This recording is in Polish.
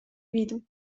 widm